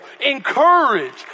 Encourage